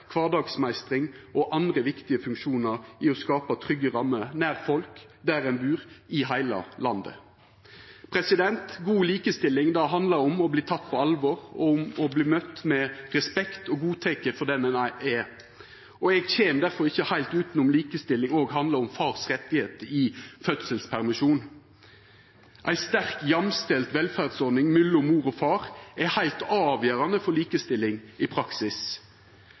kvardagsmeistring og andre viktig funksjonar i å skapa trygge rammer nær folk – der ein bur, i heile landet. God likestilling handlar om å verta teken på alvor og møtt med respekt og godteken for den ein er. Eg kjem difor ikkje heilt utenom at likestilling òg handlar om fars rett i fødselspermisjonen. Ei sterk, jamstilt velferdsordning mellom mor og far er heilt avgjerande for likestilling i praksis,